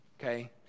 okay